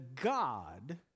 God